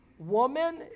Woman